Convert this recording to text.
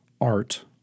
Art